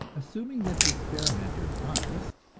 assuming that the experimenter is honest,